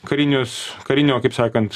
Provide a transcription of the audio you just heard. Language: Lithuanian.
karinius karinio kaip sakant